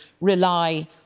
rely